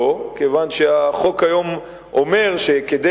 לא, כיוון שהחוק היום אומר שכדי